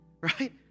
right